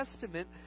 Testament